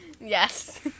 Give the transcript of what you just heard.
Yes